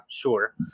sure